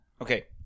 Okay